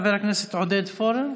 חבר הכנסת עודד פורר,